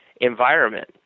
environment